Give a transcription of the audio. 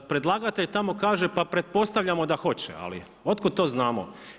Predlagatelj tamo kaže pa pretpostavljamo da hoće, ali od kud to znamo.